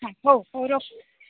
ହଉ ହଉ ରଖୁଛି